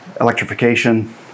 electrification